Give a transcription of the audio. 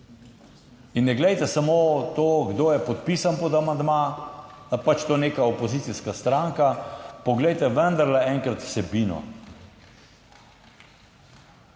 in ne glejte samo to, kdo je podpisan pod amandma, da pač to neka opozicijska stranka, poglejte vendarle enkrat vsebino.